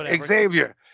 Xavier